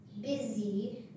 busy